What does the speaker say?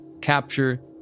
capture